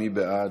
מי בעד?